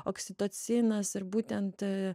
oksitocinas ir būtent